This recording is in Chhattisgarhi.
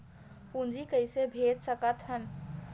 पूंजी कइसे भेज सकत हन?